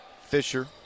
Fisher